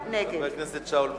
נגד חבר הכנסת שאול מופז.